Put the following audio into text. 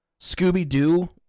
Scooby-Doo